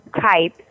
type